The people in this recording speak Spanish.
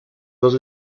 dos